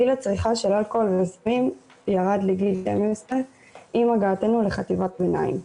גיל הצריכה של אלכוהול וסמים ירד לגיל 12 עם הגעתנו לחטיבת ביניים.